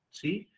see